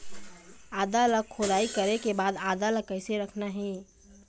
आदा ला खोदाई करे के बाद आदा ला कैसे रखना हे?